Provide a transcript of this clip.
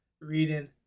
reading